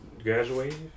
graduate